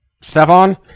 Stefan